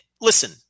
listen